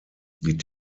die